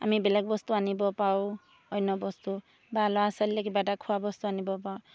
আমি বেলেগ বস্তু আনিব পাৰোঁ অন্য বস্তু বা ল'ৰা ছোৱালীলৈ কিবা এটা খোৱা বস্তু আনিব পাৰোঁ